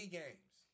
games